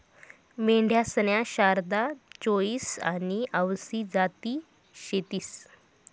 मेंढ्यासन्या शारदा, चोईस आनी आवसी जाती शेतीस